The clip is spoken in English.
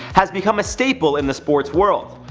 has become a staple in the sports world.